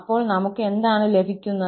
അപ്പോൾ നമുക് എന്താണ് ലഭിക്കുന്നത്